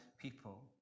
people